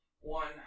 One